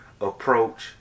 approach